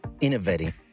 innovating